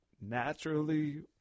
naturally